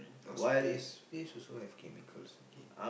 oh space space also have chemicals okay